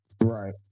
Right